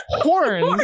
Horns